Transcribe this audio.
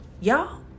Y'all